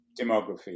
demography